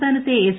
സംസ്ഥാനത്തെ എസ്